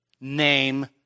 name